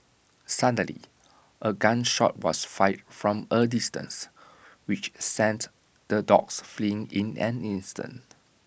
suddenly A gun shot was fired from A distance which sent the dogs fleeing in an instant